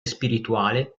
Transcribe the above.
spirituale